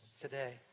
today